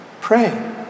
Pray